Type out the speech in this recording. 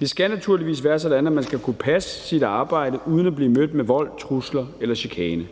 Det skal naturligvis være sådan, at man skal kunne passe sit arbejde uden at blive mødt med vold, trusler eller chikane.